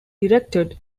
directed